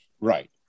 Right